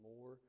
more